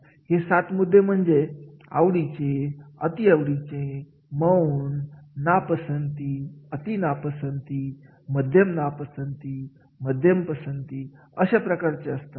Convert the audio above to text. हे सात मुद्दे म्हणजे आवडीचे अति आवडीचे मौन नापसंती अति नापसंती मध्यम नापसंती मध्यम पसंती अशा प्रकारे असतात